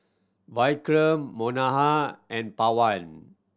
Vikram Manohar and Pawan